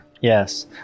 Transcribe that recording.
Yes